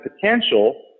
potential